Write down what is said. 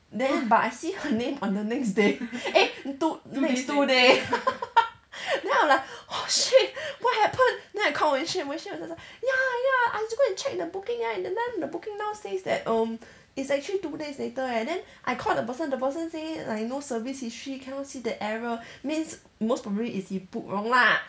then but I see her name on the next day eh two next two day then I'm like oh shit what happened then I called wenxuan wenxuan ya ya I go and check the booking right that time the booking now says that um it's actually two days later eh then I call the person the person say like no service history cannot see the error means most probably is he book wrong lah